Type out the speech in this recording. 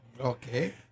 Okay